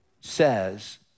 says